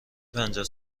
پنجاه